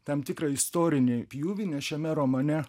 tam tikrą istorinį pjūvį nes šiame romane